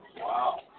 Wow